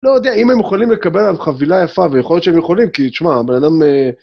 לא יודע אם הם יכולים לקבל על חבילה יפה, ויכול להיות שהם יכולים, כי תשמע, הבן אדם...